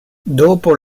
dopo